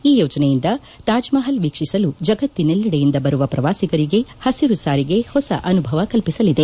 ಈ ಯೋಜನೆಯಿಂದ ತಾಜ್ಮಪಲ್ ವೀಕ್ಷಿಸಲು ಜಗತ್ತಿನಲ್ಲೆಡೆಯಿಂದ ಬರುವ ಪ್ರವಾಸಿಗರಿಗೆ ಪಸಿರು ಸಾರಿಗೆ ಹೊಸ ಅನುಭವ ಕಲ್ಪಿಸಲಿದೆ